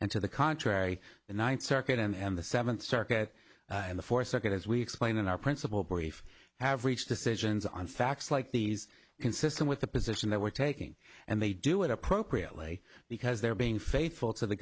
and to the contrary the ninth circuit and the seventh circuit in the fourth circuit as we explained in our principal brief have reached decisions on facts like these consistent with the position that we're taking and they do it appropriately because they're being faithful to the